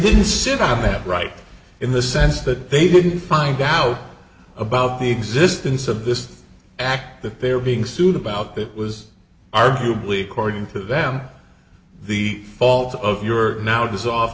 didn't sit on that right in the sense that they couldn't find out about the existence of this act that they're being sued about that was arguably according to them the fault of your now